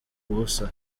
ubusa